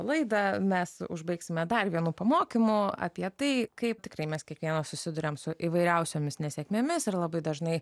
laidą mes užbaigsime dar vieno pamokymo apie tai kaip tikrai mes kiekvienas susiduriame su įvairiausiomis nesėkmėmis ir labai dažnai